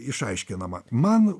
išaiškinama man